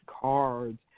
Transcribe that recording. cards